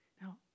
Now